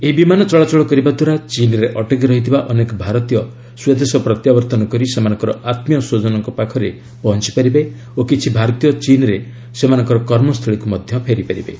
ଏହି ବିମାନ ଚଳାଚଳ କରିବା ଦ୍ୱାରା ଚୀନ୍ରେ ଅଟକି ରହିଥିବା ଅନେକ ଭାରତୀୟ ସ୍ୱଦେଶ ପ୍ରତ୍ୟାବର୍ତ୍ତନ କରି ସେମାନଙ୍କର ଆତ୍ମୀୟ ସୃଜନଙ୍କ ପାଖରେ ପହଞ୍ଚିପାରିବେ ଓ କିଛି ଭାରତୀୟ ଚୀନ୍ରେ ସେମାନଙ୍କର କର୍ମସ୍ଥଳୀକୁ ମଧ୍ୟ ଫେରିପାରିବେ